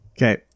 okay